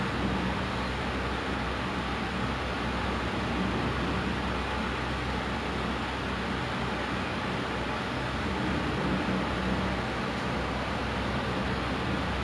even my cousin also say so like anaqi like he say like he love hate H_B_L then he say like he love it because he don't wake he d~ he don't have to go to school but he also hate it because he don't understand